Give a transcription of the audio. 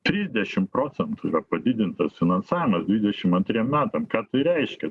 trisdešim procentų yra padidintas finansavimas dvidešim antriem metam kad tai reiškia